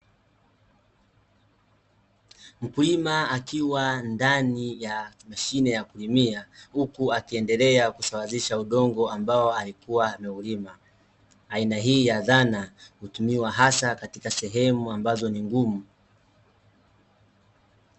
Mkulima akiwa ndani ya mashine ya kulimia huku akiendelea kusawazisha udongo ambao alikua ameulima. Aina hii ya zana hutumiwa hasa katika sehemu ambazo ni ngumu.